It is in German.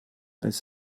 als